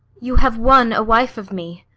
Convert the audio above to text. you have won a wife of me,